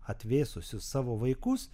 atvėsusius savo vaikus